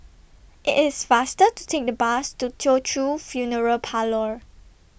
IT IS faster to Take The Bus to Teochew Funeral Parlour